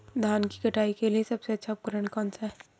धान की कटाई के लिए सबसे अच्छा उपकरण कौन सा है?